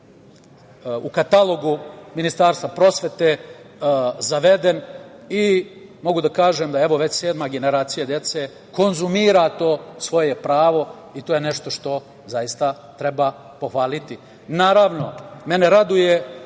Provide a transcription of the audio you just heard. u katalogu Ministarstva prosvete zaveden. Mogu da kažem da već sedma generacija dece konzumira to svoje pravo i to je nešto što zaista treba pohvaliti. Naravno, mene raduje,